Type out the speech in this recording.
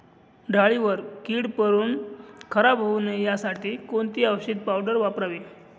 डाळीवर कीड पडून खराब होऊ नये यासाठी कोणती औषधी पावडर वापरावी?